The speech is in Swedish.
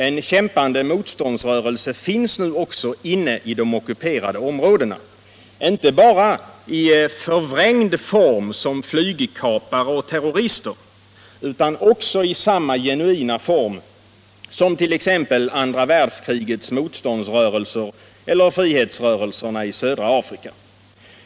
En kämpande motståndsrörelse finns nu inne i de ockuperade områdena — inte bara i förvrängd form som flygkapare och terrorister, utan också i samma genuina form som t.ex. andra världskrigets motståndsrörelser och frihetsrörelserna i södra Afrika.